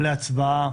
להצבעה